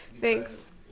Thanks